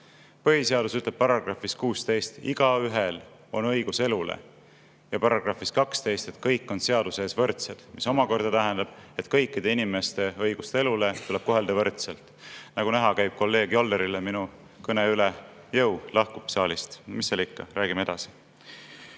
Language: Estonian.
Põhiseadus ütleb §-s 16, et igaühel on õigus elule, ja §-s 12, et kõik on seaduse ees võrdsed, mis omakorda tähendab, et kõikide inimeste õigust elule tuleb [austada] võrdselt. Nagu näha, kolleeg Jollerile käib minu kõne üle jõu, ta lahkub saalist. Mis seal ikka, räägime edasi. Fakt